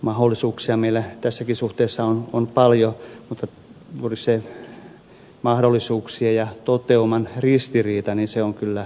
mahdollisuuksia meillä tässäkin suhteessa on paljon mutta juuri se mahdollisuuksien ja toteuman ristiriita on kyllä suuri